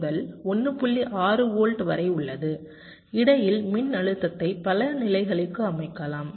6 volt வரை உள்ளது இடையில் மின்னழுத்தத்தை பல நிலைகளுக்கு அமைக்கலாம்